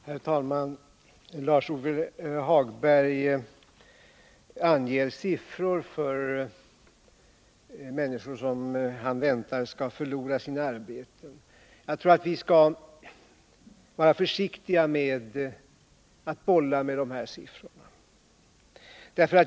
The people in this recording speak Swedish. Herr talman! Lars-Ove Hagberg anger siffror för människor som han väntar skall förlora sina arbeten. Jag tror att vi skall vara försiktiga med att bolla med dessa siffror.